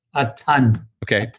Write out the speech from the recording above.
a ton okay.